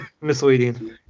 Misleading